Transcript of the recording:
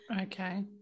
Okay